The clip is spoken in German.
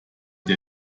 der